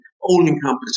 all-encompassing